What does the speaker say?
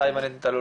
מתי בניתם את הלול,